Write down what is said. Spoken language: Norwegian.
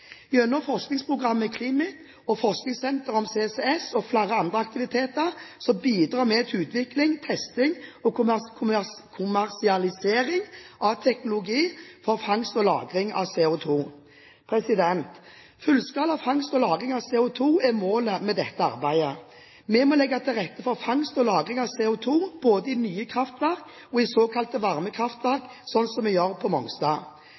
Gjennom forskningsprogrammet CLIMIT og forskningssenteret om CCS og flere andre aktiviteter bidrar vi til utvikling, testing og kommersialisering av teknologi for fangst og lagring av CO2. Fullskala fangst og lagring av CO2 er målet med dette arbeidet. Vi må legge til rette for fangst og lagring av CO2 både i nye kraftverk og i såkalte varme kraftverk, slik vi gjør på Mongstad.